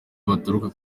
baturuka